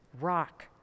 rock